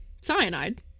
cyanide